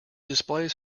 displays